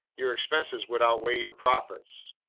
your expenses would outweigh your profits.